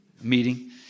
meeting